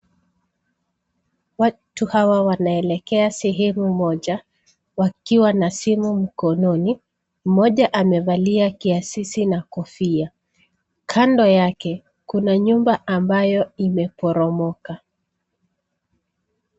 Watu hawa wanelekea sehemu moja, wakiwa na simu mkononi. Mmoja amevalia kiasisi na kofia. Kando yake kuna nyumba ambayo imeporomoka.